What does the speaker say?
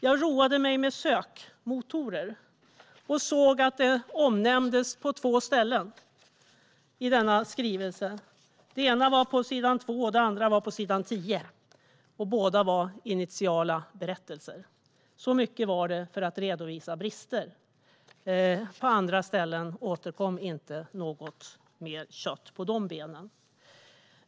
Jag roade mig med sökmotorer och såg att detta omnämndes på två ställen i skrivelsen, dels på s. 2, dels på s. 10, och båda var initiala rättelser. Så mycket för att redovisa brister - något mer kött på de benen gavs inte på andra ställen.